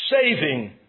saving